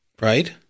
right